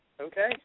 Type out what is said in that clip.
Okay